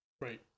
Right